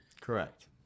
correct